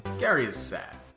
gary is sad.